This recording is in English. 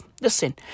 listen